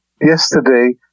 yesterday